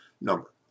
number